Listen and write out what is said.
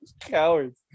cowards